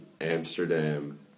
Amsterdam